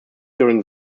during